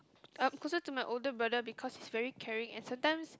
I'm closer to my older brother because he's very caring and sometimes